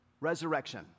Resurrection